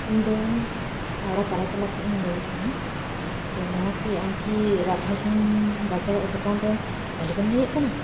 ᱤᱧᱫᱚ ᱟᱲᱟ ᱛᱟᱞᱟ ᱴᱚᱞᱟ ᱠᱷᱚᱱ ᱤᱧ ᱞᱟᱹᱭᱮᱫ ᱠᱟᱱᱟ ᱛᱚ ᱱᱚᱣᱟ ᱠᱤ ᱟᱢ ᱠᱤ ᱨᱟᱫᱷᱟᱥᱟᱢ ᱵᱟᱡᱟᱨ ᱫᱚᱠᱟᱱ ᱨᱮᱱ ᱢᱟᱞᱤᱠᱮᱢ ᱞᱟᱹᱭᱮᱫ ᱠᱟᱱᱟ